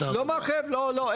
לא מעכב, לא לא.